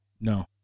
No